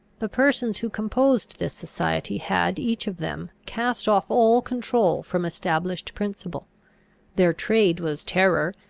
the persons who composed this society had each of them cast off all control from established principle their trade was terror,